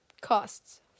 costs